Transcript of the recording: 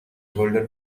golden